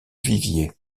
vivier